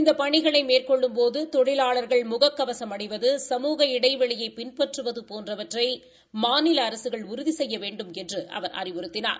இந்த பணிகளை மேற்கொள்ளும்போது தொழிலாளா்கள் முக கவசம் அணிவது சமூக இடைவெளியை பின்பற்றுவது போன்றவற்றை மாநில அரசுகள் உறுதி செய்ய வேண்டுமென்றும் அவர் அறிவுறத்தினார்